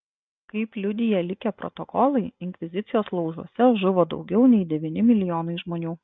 kaip liudija likę protokolai inkvizicijos laužuose žuvo daugiau nei devyni milijonai žmonių